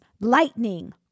lightning